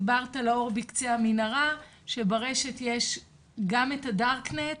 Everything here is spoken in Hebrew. דיברת על האור בקצה המנהרה שברשת יש גם את הדארק-נט,